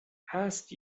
هست